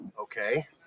Okay